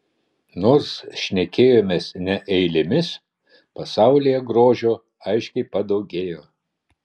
nors šnekėjomės ne eilėmis pasaulyje grožio aiškiai padaugėjo